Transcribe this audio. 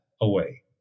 away